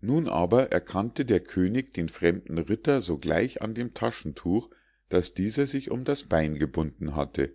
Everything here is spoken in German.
nun aber erkannte der könig den fremden ritter sogleich an dem taschentuch das dieser sich um das bein gebunden hatte